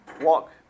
walk